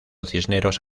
cisneros